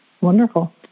Wonderful